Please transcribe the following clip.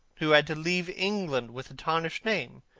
who had to leave england with a tarnished name.